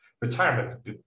retirement